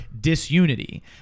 disunity